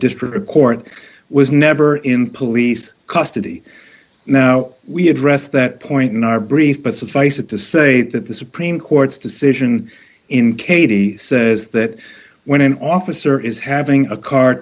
district court was never in police custody now we address that point in our brief but suffice it to say that the supreme court's decision in katie says that when an officer is having a car